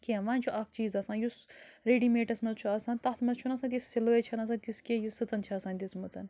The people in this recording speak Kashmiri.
کیٚنٛہہ وَنہِ چھُ اَکھ چیٖز آسان یُس ریٚڈی میٹس منٛز چھُ آسان تَتھ منٛز چھُنہٕ آسان تِژھ سِلٲے چھَنہٕ آسان تِژھ کیٚنٛہہ یِژھ سٕژن چھِ آسان دِژ مٕژ